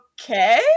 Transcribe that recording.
okay